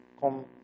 come